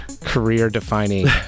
career-defining